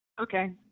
Okay